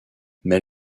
mais